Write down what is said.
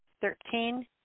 Thirteen